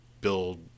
build